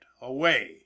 away